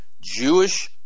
Jewish